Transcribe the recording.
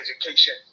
education